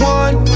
one